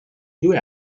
due